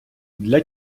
для